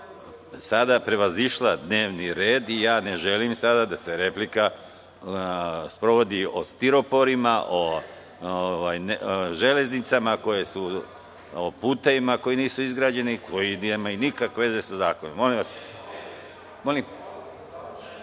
sada prevazišla dnevni red i ja ne želim sada da se replika sprovodi o stiroporima, o železnicama, o putevima koji nisu izgrađeni, koji nemaju nikakve veze sa zakonom. Vi ste otvorili.